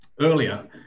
earlier